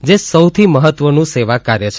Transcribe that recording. જે સૌથી મહત્વનું સેવાકાર્ય છે